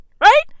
right